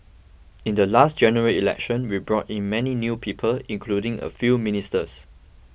in the last General Election we brought in many new people including a few ministers